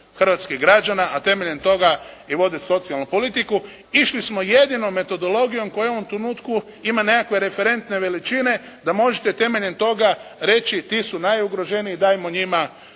hrvatskih građana a temeljem toga i voditi socijalnu politiku. Išli smo jedinom metodologijom koju u ovom trenutku ima nekakve referentne velične da možete temeljem toga reći ti su najugroženiji, dajmo njima